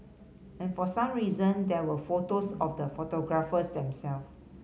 and for some reason there were photos of the photographers them self